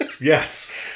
Yes